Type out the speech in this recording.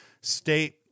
State